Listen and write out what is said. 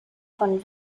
von